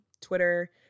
Twitter